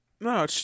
No